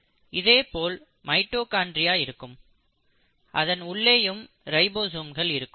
இதேபோல் மைட்டோகாண்ட்ரியா இருக்கும் அதன் உள்ளேயும் ரைபோசோம்கள் இருக்கும்